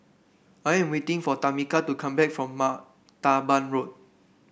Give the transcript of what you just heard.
I am waiting for Tamika to come back from Martaban Road